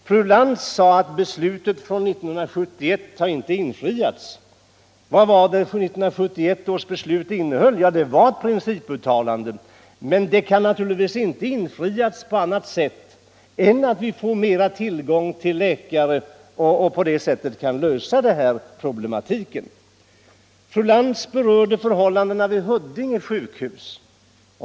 Fru Lantz sade att beslutet från 1971 inte infriats. Vad innehöll då det beslutet? Det var ett principuttalande, men det kan naturligtvis inte infrias med mindre än att vi får större tillgång till läkare. Fru Lantz berörde förhållandena vid Huddinge sjukhus.